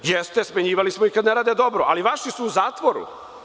Jeste, smenjivali ste ih kada ne rade dobro, ali vaši su u zatvoru.